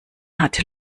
hatte